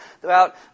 throughout